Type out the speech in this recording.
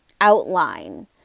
outline